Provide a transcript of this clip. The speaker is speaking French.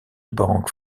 banque